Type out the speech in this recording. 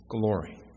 glory